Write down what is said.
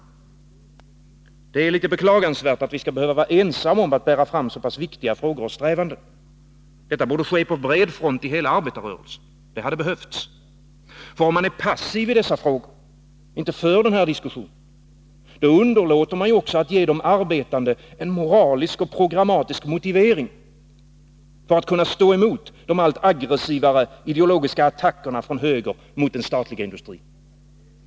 Det är litet beklagansvärt att vi skall behöva vara ensamma om att bära fram så pass viktiga frågor och strävanden. Detta borde ske på bred front i hela arbetarrörelsen. Det hade behövts. Om man är passiv när det gäller dessa frågor, och inte för den här diskussionen, underlåter man att ge de arbetande en moralisk och programmatisk motivering för att kunna stå emot de allt aggressivare ideologiska attackerna från höger mot den statliga industrin.